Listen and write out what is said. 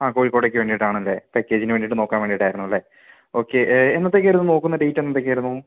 ആ കോഴിക്കോട്ടേക്ക് വേണ്ടിയിട്ടാണല്ലേ പാക്കേജിന് വേണ്ടിയിട്ട് നോക്കാൻ വേണ്ടിയിട്ടായിരുന്നല്ലേ ഓക്കെ എന്നത്തേക്കായിരുന്നു നോക്കുന്നത് ഡേറ്റ് എന്നത്തേക്കായിരുന്നു